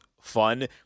fun